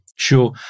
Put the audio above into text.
Sure